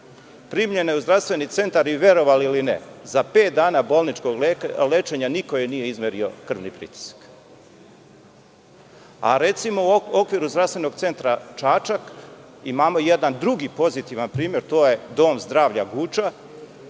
Primljena je u Zdravstveni centar i verovali ili ne, za pet dana bolničkog lečenja niko joj nije izmerio krvni pritisak. Recimo, u okviru Zdravstvenog centra Čačak imamo jedan drugi pozitivan primer, a to je Dom zdravlja Guča,